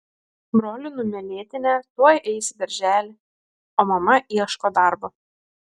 brolių numylėtinė tuoj eis į darželį o mama ieško darbo